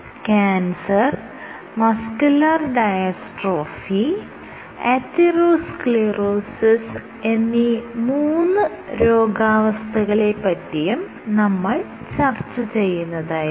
cancer muscular dystrophy atherosclerosis എന്നീ മൂന്ന് രോഗാവസ്ഥകളെ പറ്റിയും നമ്മൾ ചർച്ച ചെയ്യുന്നതായിരിക്കും